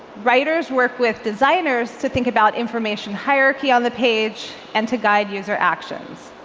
writers work with designers to think about information hierarchy on the page and to guide user actions.